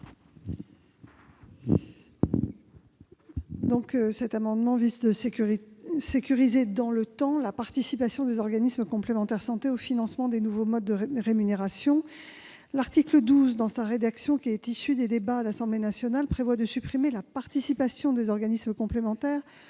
Cet amendement vise à sécuriser dans le temps la participation des organismes complémentaires santé au financement des nouveaux modes de rémunération. L'article 12, dans sa rédaction qui est issue des débats à l'Assemblée nationale, prévoit de supprimer la participation des organismes complémentaires